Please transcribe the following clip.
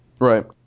right